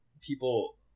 people